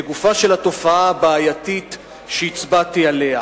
לגופה של התופעה הבעייתית שהצבעתי עליה,